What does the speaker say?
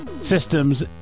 systems